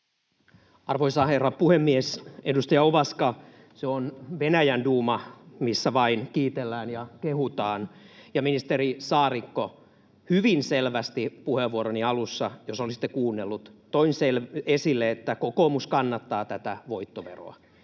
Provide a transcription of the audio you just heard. Arvoisa herra puhemies! Edustaja Ovaska, se on Venäjän duuma, missä vain kiitellään ja kehutaan, ja, ministeri Saarikko, hyvin selvästi puheenvuoroni alussa, jos olisitte kuunnellut, toin esille, että kokoomus kannattaa tätä voittoveroa.